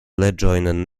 leĝojn